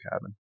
cabin